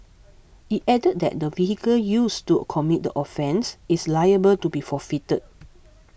it added that the vehicle used to commit the offence is liable to be forfeited